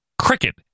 cricket